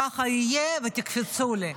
ככה יהיה ותקפצו לי.